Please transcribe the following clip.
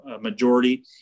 majority